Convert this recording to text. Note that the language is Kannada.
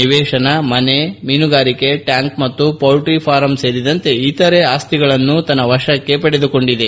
ನಿವೇಶನ ಮನೆ ಮೀನುಗಾರಿಕೆ ಟ್ಯಾಂಕ್ ಮತ್ತು ಪೌಲ್ಟಿ ಫಾರಂ ಸೇರಿದಂತೆ ಇತರೆ ಆಸ್ತಿಗಳನ್ನು ತನ್ನ ವಶಕ್ಕೆ ಪಡೆದುಕೊಂಡಿದೆ